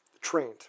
trained